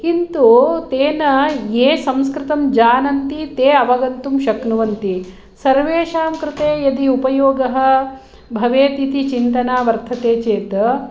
किन्तु तेन ये संस्कृतं जानन्ति ते अवगन्तुं शक्नुवन्ति सर्वेषां कृते यदि उपयोगः भवेत् इति चिन्तना वर्तते चेत्